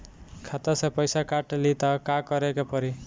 खाता से पैसा काट ली त का करे के पड़ी?